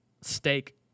steak